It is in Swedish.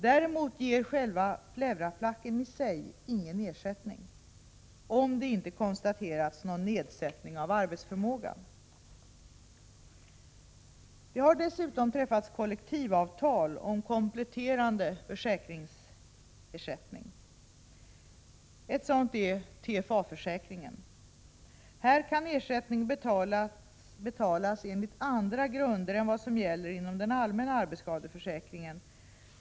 Däremot ger själva pleuraplacken i sig ingen ersättning, om det inte konstaterats någon nedsättning av arbetsförmågan. Det har dessutom träffats kollektivavtal om kompletterande försäkringsersättning. Ett sådant är TFA-försäkringen. Här kan ersättning betalas enligt andra grunder än vad som gäller inom den allmänna arbetsskadeförsäkringen.